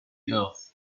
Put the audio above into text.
earth